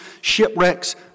shipwrecks